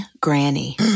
granny